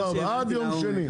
4 נגד,